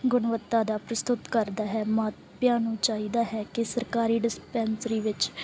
ਗੁਣਵੱਤਾ ਦਾ ਪ੍ਰਸਤੁਤ ਕਰਦਾ ਹੈ ਮਾਪਿਆਂ ਨੂੰ ਚਾਹੀਦਾ ਹੈ ਕਿ ਸਰਕਾਰੀ ਡਿਸਪੈਂਸਰੀ ਵਿੱਚ